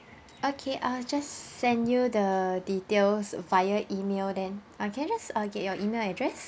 okay I'll just send you the details via email then uh can I just uh get your email address